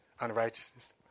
unrighteousness